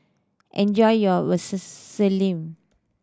enjoy your Vermicelli